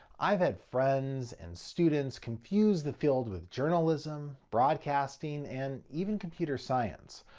i've had friends and students confuse the field with journalism, broadcasting, and even computer science.